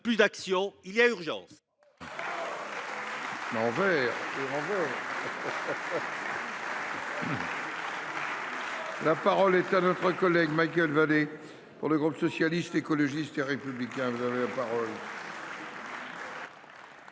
plus d’action : il y a urgence